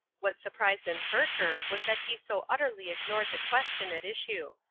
what surprised and hurt her was that he so utterly ignored the question at issue.